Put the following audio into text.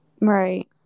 Right